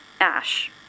Ash